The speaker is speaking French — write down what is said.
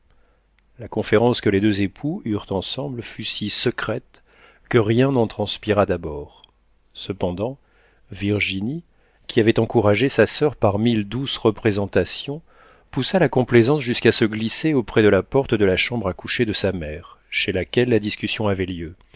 la conférence que les deux époux eurent ensemble fut si secrète que rien n'en transpira d'abord cependant virginie qui avait encouragé sa soeur par mille douces représentations poussa la complaisance jusqu'à se glisser auprès de la porte de la chambre à coucher de sa mère chez laquelle la discussion avait lieu